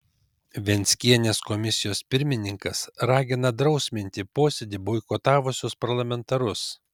venckienės komisijos pirmininkas ragina drausminti posėdį boikotavusius parlamentarus